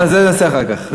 את זה נעשה אחר כך.